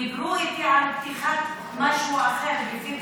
דיברו איתי על פתיחת משהו אחר, בוויקטורי.